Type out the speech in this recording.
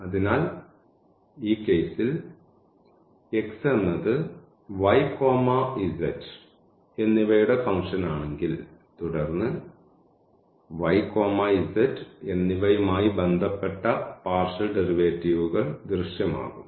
അതിനാൽ ഈ കേസിൽ x എന്നത് y z എന്നിവയുടെ ഫംഗ്ഷൻ ആണെങ്കിൽ തുടർന്ന് y z എന്നിവയുമായി ബന്ധപ്പെട്ട പാർഷ്യൽ ഡെറിവേറ്റീവുകൾ ദൃശ്യമാകും